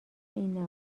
این